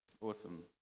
awesome